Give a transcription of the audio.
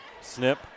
Snip